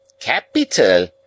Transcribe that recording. Capital